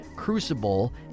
crucible